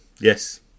yes